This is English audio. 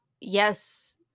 Yes